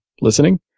listening